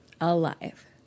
Alive